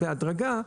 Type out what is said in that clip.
בהדרגה,